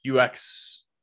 UX